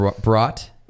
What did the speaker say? brought